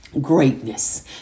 Greatness